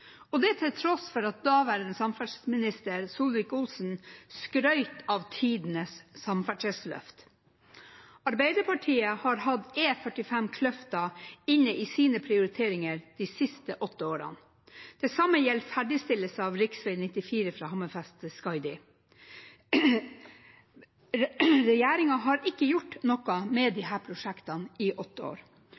og det til tross for at daværende samferdselsminister, Solvik-Olsen, skrøt av tidenes samferdselsløft. Arbeiderpartiet har hatt E45 Kløfta inne i sine prioriteringer de siste åtte årene. Det samme gjelder ferdigstillelse av rv. 94 fra Hammerfest til Skaidi. Regjeringen har ikke gjort noe med disse prosjektene i åtte år.